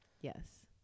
Yes